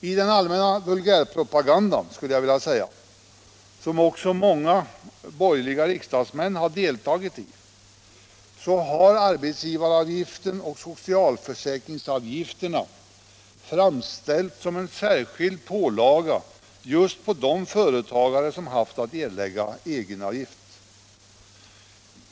I den allmänna vulgärpropagandan, som också många borgerliga riksdagsmän deltagit i, har arbetsgivaravgiften och socialförsäkringsavgifterna framställts som en särskild pålaga just på de företagare som haft att erlägga egenavgift.